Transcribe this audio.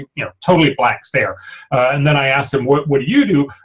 you know totally blanks there and then i asked him what what do you do?